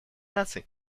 наций